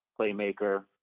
playmaker